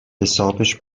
حسابش